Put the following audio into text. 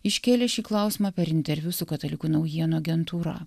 iškėlė šį klausimą per interviu su katalikų naujienų agentūra